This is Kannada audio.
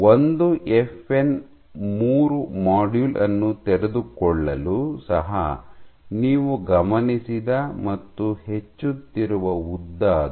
ಒಂದು ಎಫ್ಎನ್ ಮೂರು ಮಾಡ್ಯೂಲ್ ಅನ್ನು ತೆರೆದುಕೊಳ್ಳಲು ಸಹ ನೀವು ಗಮನಿಸಿದ ಮತ್ತು ಹೆಚ್ಚುತ್ತಿರುವ ಉದ್ದ ಅದು